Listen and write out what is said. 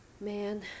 Man